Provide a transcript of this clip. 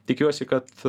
tikiuosi kad